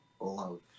love